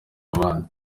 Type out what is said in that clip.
abandi